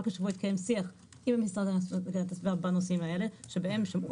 רק השבוע התקיים שיח עם המשרד להגנת הסביבה בנושאים האלה שבו שמעו